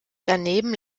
daneben